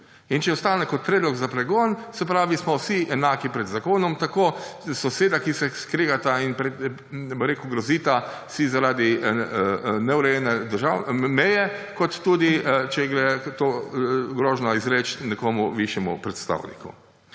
Če ostane kot predlog za pregon, se pravi, smo vsi enaki pred zakonom tako soseda, ki se skregata in si grozita zaradi neurejene meje, kot tudi, če se gre grožnjo izreči nekomu višjemu predstavniku.